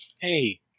Hey